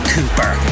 Cooper